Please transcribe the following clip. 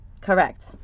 correct